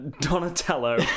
Donatello